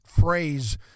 phrase